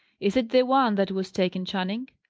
is it the one that was taken, channing?